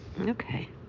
Okay